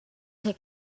take